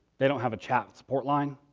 they don't have a chat support line.